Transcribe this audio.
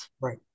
Right